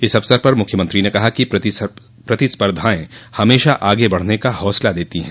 इस अवसर पर मुख्यमंत्री ने कहा कि प्रतिस्पर्धाएं हमेशा आगे बढ़ने का हौसला देती हैं